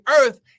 earth